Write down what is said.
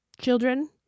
children